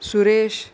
Suresh